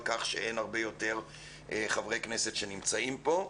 כך שאין הרבה יותר חברי כנסת שנמצאים פה.